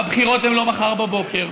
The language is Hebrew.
הבחירות הן לא מחר בבוקר.